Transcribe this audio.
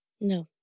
No